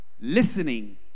listening